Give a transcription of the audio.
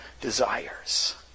desires